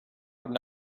would